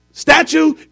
Statue